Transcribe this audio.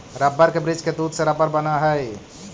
rubber के वृक्ष के दूध से रबर बनऽ हई